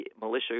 militia